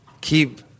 keep